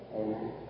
Amen